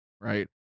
right